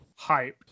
hyped